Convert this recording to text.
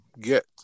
get